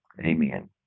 amen